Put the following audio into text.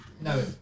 no